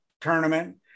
tournament